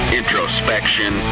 introspection